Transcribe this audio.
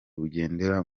bugendera